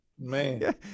Man